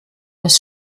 des